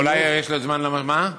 עוד מעט